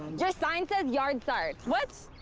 your sign says yard sard! what?